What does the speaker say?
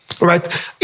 right